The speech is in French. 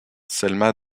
selma